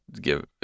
give